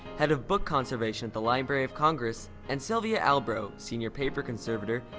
head of book conservation at the library of congress, and sylvia albro, senior paper conservator,